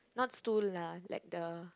not stool lah like the